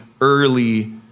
early